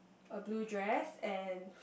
a blue dress and